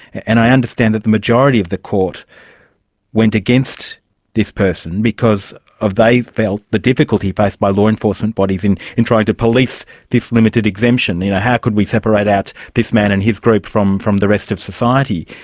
and i understand the majority of the court went against this person because of, they felt, the difficulty faced by law enforcement bodies in in trying to police this limited exemption, you know, how could we separate out this man and his group from from the rest of society?